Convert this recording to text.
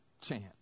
chance